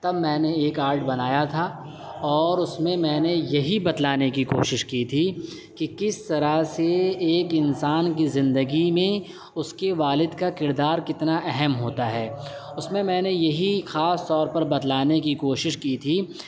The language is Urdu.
تب میں نے ایک آرٹ بنایا تھا اور اس میں میں نے یہی بتلانے کی کوشش کی تھی کہ کس طرح سے ایک انسان کی زندگی میں اس کے والد کا کردار کتنا اہم ہوتا ہے اس میں میں نے یہی خاص طور پر بتلانے کی کوشش کی تھی